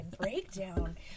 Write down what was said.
breakdown